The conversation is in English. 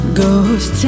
Ghost